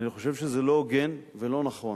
אני חושב שזה לא הוגן ולא נכון